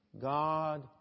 God